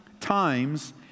times